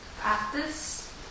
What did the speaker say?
practice